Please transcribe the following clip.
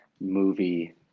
movie